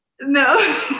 No